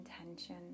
intention